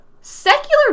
Secular